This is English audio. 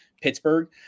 Pittsburgh